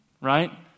Right